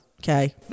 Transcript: Okay